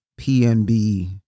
PNB